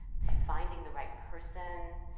to finding the right person,